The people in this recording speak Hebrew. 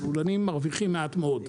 הלולנים מרוויחים מעט מאוד,